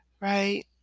right